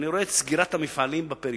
אני רואה את סגירת המפעלים בפריפריה.